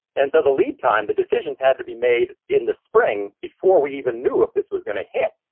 and so the lead time, the decisions had to be made in the spring before we even knew if this was going to hit.